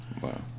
Wow